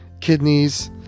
kidneys